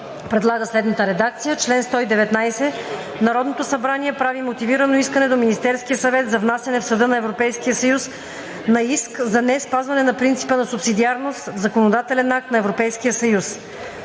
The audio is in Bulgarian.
предлага следната редакция на чл. 119: „Чл. 119. Народното събрание прави мотивирано искане до Министерския съвет за внасяне в Съда на Европейския съюз на иск за неспазване на принципа на субсидиарност в законодателен акт на Европейския съюз.“